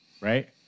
right